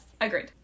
Agreed